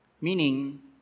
Meaning